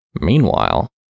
Meanwhile